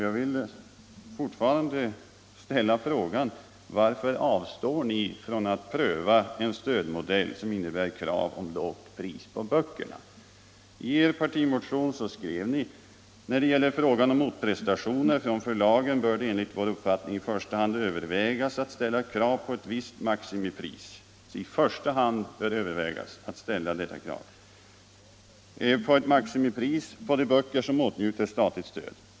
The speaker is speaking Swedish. Jag vill fortfarande ställa frågan: Varför avstår ni från att pröva en stödmodell som innebär krav på låga priser på böckerna? I er partimotion skrev ni: ”När det gäller frågan om motprestationer från förlagen bör det enligt vår uppfattning i första hand övervägas att ställa krav på ett visst maximipris.